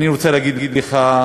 אני רוצה להגיד לך,